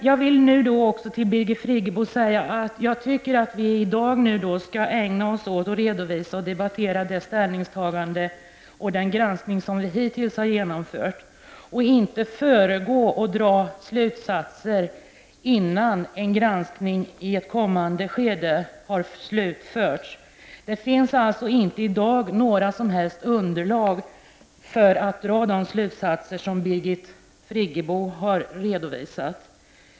Jag vill också till Birgit Friggebo säga att jag tycker att vi i dag skall ägna oss åt att redovisa och debattera det ställningstagande och den granskning som vi hittills har genomfört och inte föregå och dra slutsatser innan en granskning i ett kommande skede har slutförts. Det finns alltså i dag inte några som helst underlag för att dra de slutsatser som Birgit Friggebo har redovisat.